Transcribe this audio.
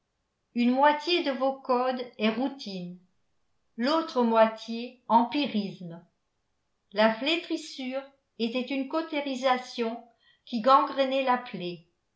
une moitié de vos codes est routine l'autre moitié empirisme la flétrissure était une cautérisation qui gangrenait la plaie